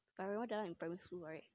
I remember that time in primary school right